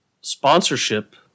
sponsorship